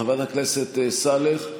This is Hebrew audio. חברת הכנסת סאלח,